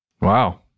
Wow